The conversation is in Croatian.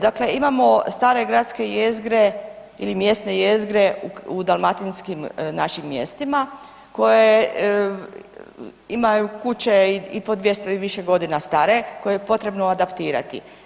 Dakle imamo stare gradske jezgre ili mjesne jezgre u dalmatinskim našim mjestima koje imaju kuće i po 200 i više godina stare koje je potrebno adaptirati.